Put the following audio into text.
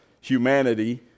humanity